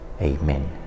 Amen